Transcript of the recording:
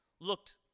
looked